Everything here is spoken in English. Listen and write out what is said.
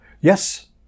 Yes